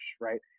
right